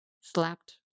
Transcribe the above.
slapped